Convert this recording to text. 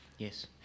Yes